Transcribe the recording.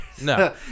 No